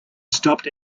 stopped